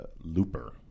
Looper